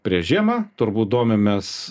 prieš žiemą turbūt domimės